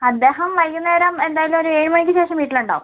അദ്ദേഹം വൈകുന്നേരം എന്തായാലും ഒരു ഏഴ് മണിക്ക് ശേഷം വീട്ടിലുണ്ടാവും